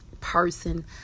person